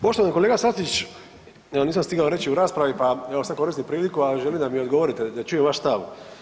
Poštovani kolega Sačić, evo nisam stigao reći u raspravi, pa evo sad koristim priliku, a želim da mi odgovorite da čujem vaš stav.